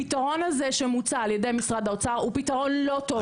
הפתרון הזה שמוצע על ידי משרד האוצר הוא פתרון לא טוב.